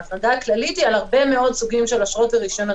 ההחרגה הכללית היא על הרבה מאוד סוגים של אשרות ורישיונות,